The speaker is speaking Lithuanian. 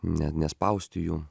ne nespausti jų